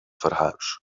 verhuis